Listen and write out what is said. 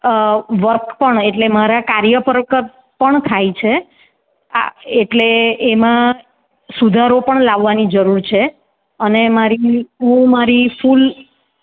અ work પણ એટલે મારા કાર્ય પર કત પણ થાય છે આ એટલે એમાં સુધારો પણ લાવવાની જરૂર છે અને મારી હું મારી ફૂલ